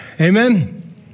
Amen